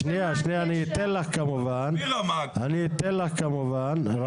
שנייה, אני אתן לך כמובן.